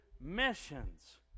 missions